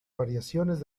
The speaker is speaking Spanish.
variaciones